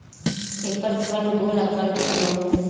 एकर फल गोल आकार के होबा हई